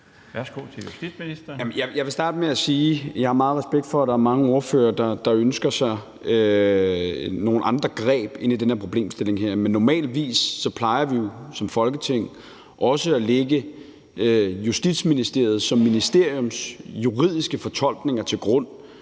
Jeg vil starte med at sige, at jeg har meget respekt for, at der er mange ordførere, der ønsker sig nogle andre greb i forhold til den her problemstilling, men normalvis plejer vi jo som Folketing også at lægge Justitsministeriets juridiske fortolkninger til grund